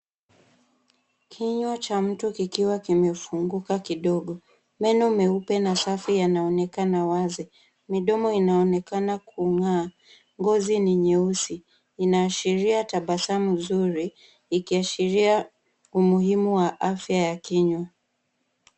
Kinywa cha mtu kikiwa kimefunguka kidogo. Meno meupe na safi yanaonekana wazi. Midomo inaonekana kung'aa. Ngozi ni nyeusi. Inaashiria tabasamu nzuri ikiashiria umuhimu wa afya ya kinywa.